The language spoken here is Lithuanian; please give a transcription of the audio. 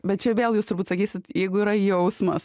bet čia vėl jūs turbūt sakysit jeigu yra jausmas